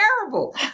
terrible